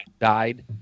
died